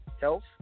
health